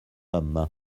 homme